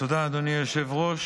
תודה, אדוני היושב-ראש.